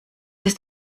ist